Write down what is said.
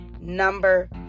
number